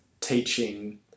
teaching